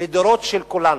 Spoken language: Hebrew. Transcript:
לדורות של כולנו.